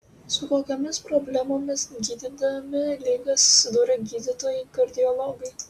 su kokiomis problemomis gydydami ligą susiduria gydytojai kardiologai